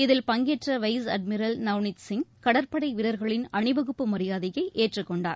இதில் பங்கேற்ற vice admiral Navneet Singh கடற்படை வீரர்களின் அணிவகுப்பு மரியாதையை ஏற்றுக்கொண்டார்